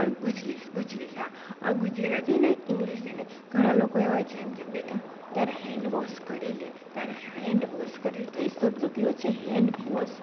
પણ ગુજલીસ ગુજલીસ હા ગુજરાતીને ઇંગ્લિશે નહીં ઘણા લોકો એવા હોય છે એમ કહે બેટા તારા હેન્ડ વોસ કરી લે તારા હેન્ડ વોસ કરી લે તો એ શબ્દ કયો છે હેન્ડ વોસ